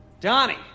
Donnie